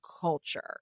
culture